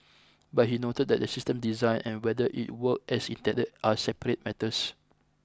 but he noted that the system design and whether it work as intended are separate matters